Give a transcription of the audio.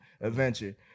adventure